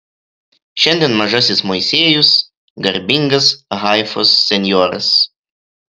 šiandien mažasis moisiejus garbingas haifos senjoras